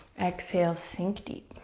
exhale, sink deep.